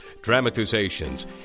dramatizations